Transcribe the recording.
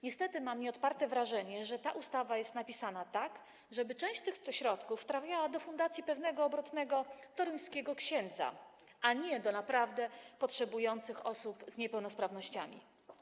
Niestety mam nieodparte wrażenie, że ta ustawa jest napisana tak, żeby część tych środków trafiła do fundacji pewnego obrotnego toruńskiego księdza, a nie do naprawdę potrzebujących osób z niepełnosprawnościami.